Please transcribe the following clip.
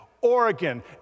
Oregon